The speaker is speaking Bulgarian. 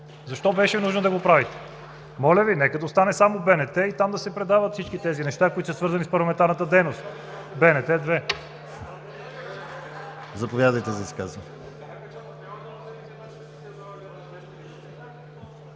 Защо беше нужно да го правите? Моля Ви, нека да остане само БНТ и там да се предават всички тези неща, които са свързани с парламентарната дейност – БНТ 2. (Шум и реплики.)